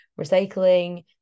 recycling